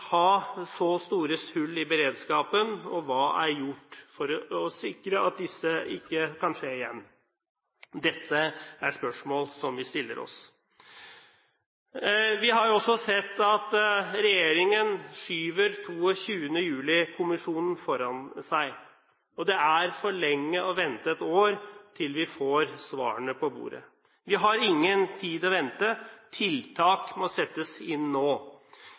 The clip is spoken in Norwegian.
ha så store hull i beredskapen, og hva er gjort for å sikre at dette ikke kan skje igjen? Dette er spørsmål som vi stiller oss. Vi har også sett at regjeringen skyver 22. juli-kommisjonen foran seg. Det er for lenge å vente ett år til vi får svarene på bordet. Vi har ingen tid å vente, tiltak må settes inn nå.